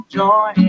joy